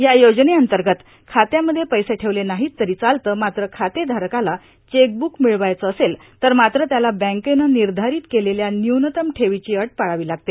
या योजनेअंतर्गत खात्यामध्ये पैसे ठेवले नाहीत तरी चालतं मात्र खातेधारकाला चेकबुक मिळवायचं असेल तर मात्र त्याला बँकेनं निर्धारीत केलेल्या न्युनतम ठेवीची अट पाळावी लागते